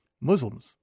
Muslims